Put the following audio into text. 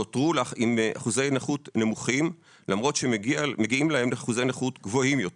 נותרו עם אחוזי נכות נמוכים למרות שמגיעים להם אחוזי נכות גבוהים יותר.